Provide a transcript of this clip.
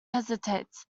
hesitates